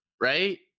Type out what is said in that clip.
right